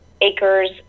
acres